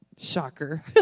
shocker